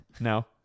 No